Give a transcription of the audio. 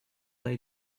they